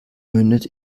mündet